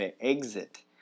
exit